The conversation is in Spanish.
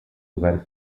lugares